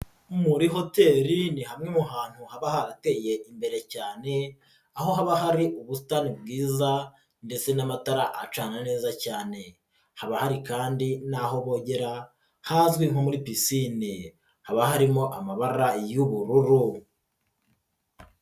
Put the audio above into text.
Muri hoteli ni hamwe mu hantu haba harateye imbere cyane aho haba hari ubusitani bwiza ndetse n'amatara acana neza cyane, haba hari kandi ahantu bogera hazwi nko muri pisine haba harimo amabara y'ubururu.